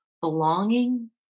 belonging